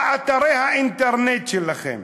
אתרי האינטרנט שלכם,